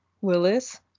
Willis